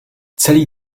celý